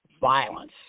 violence